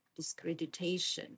discreditation